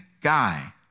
guy